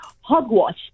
hogwash